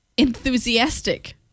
enthusiastic